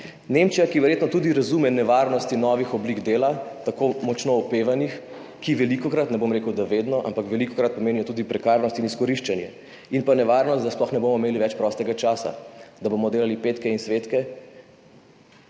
Nemčija, ki verjetno tudi razume nevarnosti novih oblik dela, tako močno opevanih, ki velikokrat, ne bom rekel, da vedno, ampak velikokrat pomenijo tudi prekarnost in izkoriščanje ter nevarnost, da sploh ne bomo imeli več prostega časa, da bomo delali petke in svetke.